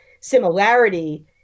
similarity